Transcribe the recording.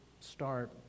start